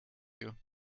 you